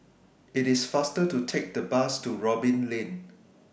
IT IS faster to Take The Bus to Robin Lane